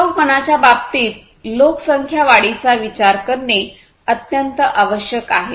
टिकाऊपणाच्या बाबतीत लोकसंख्या वाढीचा विचार करणे अत्यंत आवश्यक आहे